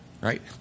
right